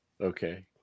Okay